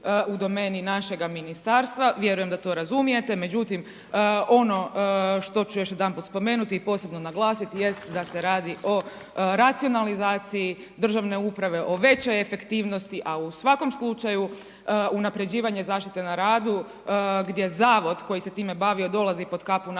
u domeni našega ministarstva, vjerujem da to razumijete, međutim ono što ću još jedanput spomenuti i posebno naglasit jest da se radi o racionalizaciji državne uprave, o većoj efektivnosti, a u svakom slučaju unapređivanje zaštite na radu gdje zavod koji se time bavio dolazi pod kapu našega